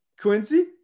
Quincy